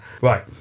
Right